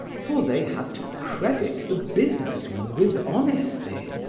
for they had to credit the business man with honesty,